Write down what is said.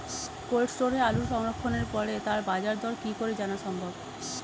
Cold স্টোরে আলু সংরক্ষণের পরে তার বাজারদর কি করে জানা সম্ভব?